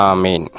Amen